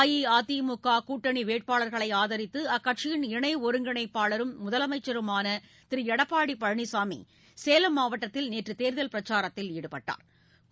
அஇஅதிமுக கூட்டணி வேட்பாளர்களை ஆதித்து அக்கட்சியின் இணை ஒருங்கிணைப்பாளரும் முதலமைச்சருமான திரு எடப்பாடி பழனிசாமி சேலம் மாவட்டத்தில் நேற்று தேர்தல் பிரச்சாரத்தில் ஈடுபட்டாா்